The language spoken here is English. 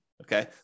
Okay